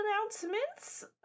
announcements